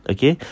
Okay